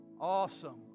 Awesome